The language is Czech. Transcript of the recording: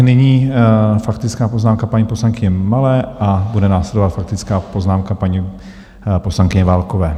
Nyní faktická poznámka paní poslankyně Malé a bude následovat faktická poznámka paní poslankyně Válkové.